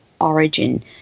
origin